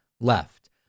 left